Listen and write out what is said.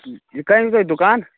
یہِ کَتٮ۪ن تۄہہِ دُکان